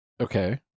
Okay